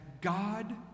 God